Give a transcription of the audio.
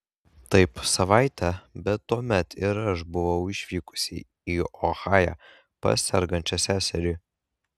taip savaitę bet tuomet ir aš buvau išvykusi į ohają pas sergančią seserį